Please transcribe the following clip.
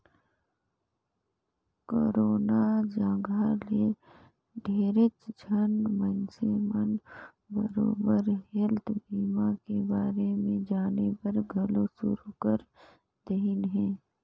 corona जघा ले ढेरेच झन मइनसे मन बरोबर हेल्थ बीमा के बारे मे जानेबर घलो शुरू कर देहिन हें